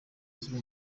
uzwi